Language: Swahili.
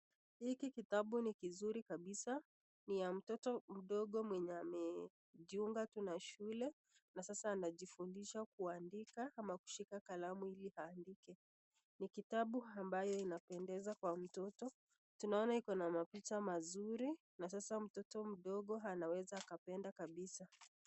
Hiki kitabu ni kizuri kabisa ni ya mtoto mdogo mwenye amejiunga na shule sasa anajifunza kuandika ama kushike kalamu hili andike ni kitabu ambaye inapendeza kwa mtoto tunaona ikona mapicha mazuri na sasa mtoto mdogo anaweza akapenda kabisa.